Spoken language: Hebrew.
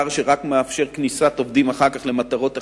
ואסור שזה יהיה דבר שרק מאפשר כניסת עובדים אחר כך למטרות אחרות,